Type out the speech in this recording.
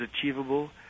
achievable